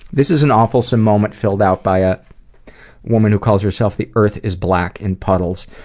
this is an awefulsome moment filled out by a woman who calls herself the earth is black in puddles.